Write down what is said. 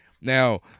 Now